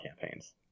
campaigns